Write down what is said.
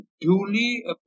duly